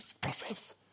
prophets